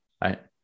right